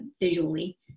visually